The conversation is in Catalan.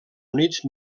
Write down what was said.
units